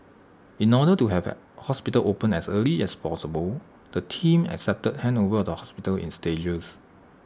in order to have hospital opened as early as possible the team accepted handover of the hospital in stages